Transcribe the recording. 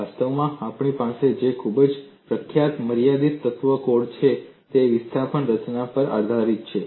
વાસ્તવમાં આપણી પાસે જે ખૂબ જ પ્રખ્યાત મર્યાદિત તત્વ કોડ છે તે વિસ્થાપન રચનાં પર આધારિત છે